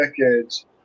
decades